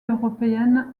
européenne